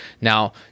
Now